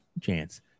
chance